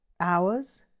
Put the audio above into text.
Hours